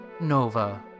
Nova